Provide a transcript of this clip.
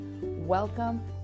Welcome